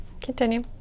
continue